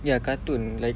ya cartoon like